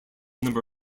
number